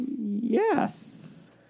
Yes